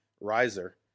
riser